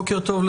בוקר טוב,